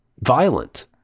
violent